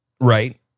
right